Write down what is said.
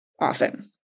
often